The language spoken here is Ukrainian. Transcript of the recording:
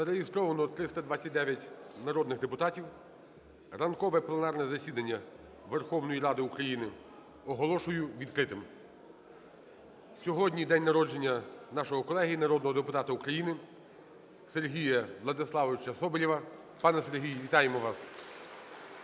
Зареєстровано 329 народних депутатів. Ранкове пленарне засідання Верховної Ради України оголошую відкритим. Сьогодні день народження нашого колеги, народного депутата України Сергія Владиславовича Соболєва. Пане Сергію, вітаємо вас!